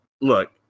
look